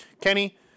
Kenny